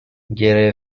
گره